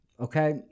okay